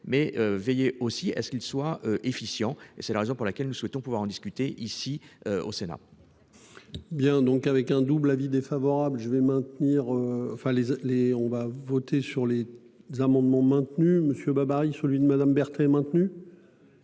mais veiller aussi à ce qu'ils soient efficients, et c'est la raison pour laquelle nous souhaitons pouvoir en discuter ici au Sénat.-- Bien, donc avec un double avis défavorable je vais maintenir enfin les les, on va voter sur les. Amendements maintenu monsieur Babary, celui de Madame Bertrand est maintenu.--